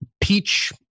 peach